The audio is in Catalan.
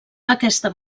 aquesta